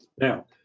Now